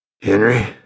Henry